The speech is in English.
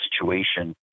situation